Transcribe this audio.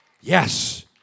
Yes